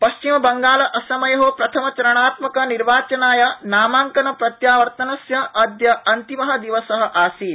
पश्चिमबंगालअसमयो प्रथमचरणात्मक निर्वाचनाय नामांकनप्रत्यावर्तनस्य अद्य अन्तिम दिवस आसीत्